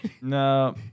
No